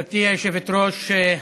גברתי היושבת-ראש,